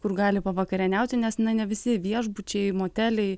kur gali pavakarieniauti nes na ne visi viešbučiai moteliai